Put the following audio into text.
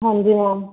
ਹਾਂਜੀ ਮੈਮ